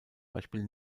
beispiel